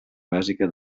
bàsica